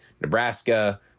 Nebraska